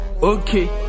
Okay